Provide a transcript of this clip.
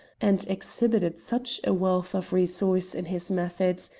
and exhibited such a wealth of resource in his methods,